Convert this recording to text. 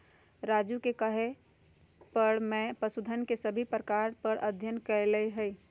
राजू के कहे पर मैं पशुधन के सभी प्रकार पर अध्ययन कैलय हई